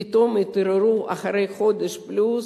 פתאום התעוררו, אחרי חודש פלוס,